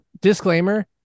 disclaimer